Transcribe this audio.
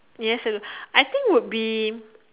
yes that's I think would be